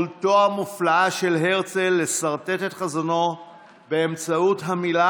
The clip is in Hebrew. יכולתו המופלאה של הרצל לסרטט את חזונו באמצעות המילה